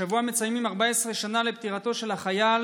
השבוע מציינים 14 שנה לפטירתו של החייל